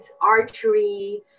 archery